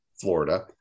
Florida